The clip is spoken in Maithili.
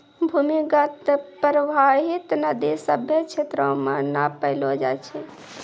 भूमीगत परबाहित नदी सभ्भे क्षेत्रो म नै पैलो जाय छै